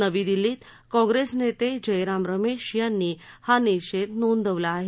नवी दिल्लीत कॉग्रेस नेते जयराम रमेश यांनी हा निषेध नोंदवला आहे